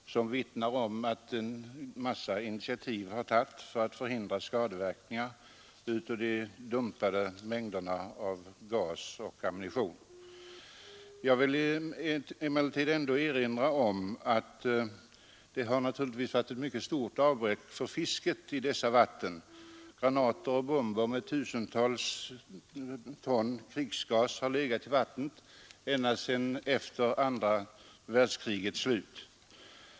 Herr talman! Jag ber att få tacka jordbruksministern för svaret, som vittnar om att en mängd initiativ har tagits för att förhindra skadeverkningar av de dumpade partierna av gas och ammunition. Jag vill emellertid ändå erinra om att denna dumpning naturligtvis har vållat mycket stort avbräck för fisket i dessa vatten. Granater och bomber med tusentals ton stridsgas har legat i vattnet ända sedan andra världskriget.